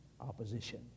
opposition